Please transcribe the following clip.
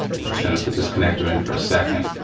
we're just gonna put this connector in for a second,